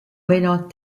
mêlant